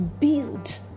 build